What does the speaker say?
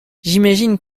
j’imagine